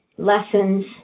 Lessons